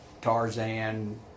Tarzan